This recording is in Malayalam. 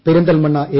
പെരിന്ത്ൽമണ്ണ് എ